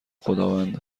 خداوند